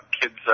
kids